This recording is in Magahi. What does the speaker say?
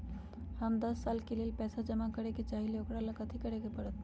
हम दस साल के लेल पैसा जमा करे के चाहईले, ओकरा ला कथि करे के परत?